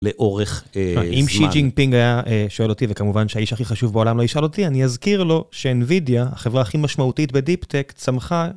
לאורך זמן. אם שי ג'ינג פינג היה שואל אותי וכמובן שהאיש הכי חשוב בעולם לא ישאל אותי אני אזכיר לו שאנווידיה החברה הכי משמעותית בדיפ טק צמחה.